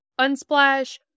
Unsplash